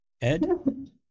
Ed